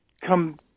come